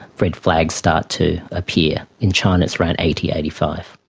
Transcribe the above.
red flags start to appear, in china it's around eighty, eighty five.